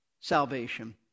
salvation